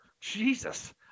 Jesus